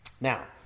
Now